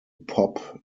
pop